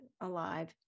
alive